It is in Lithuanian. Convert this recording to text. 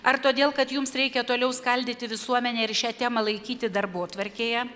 ar todėl kad jums reikia toliau skaldyti visuomenę ir šią temą laikyti darbotvarkėje